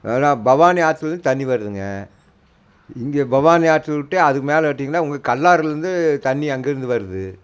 பவானி ஆத்துலேயிருந்து தண்ணி வருதுங்கள் இங்கே பவானி ஆற்று விட்டு அதுக்கு மேலே விட்டீங்கன்னால் உங்களுக்கு கல்லாறுலேயிருந்து தண்ணி அங்கேருந்து வருது